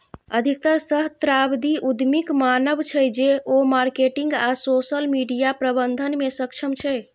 अधिकतर सहस्राब्दी उद्यमीक मानब छै, जे ओ मार्केटिंग आ सोशल मीडिया प्रबंधन मे सक्षम छै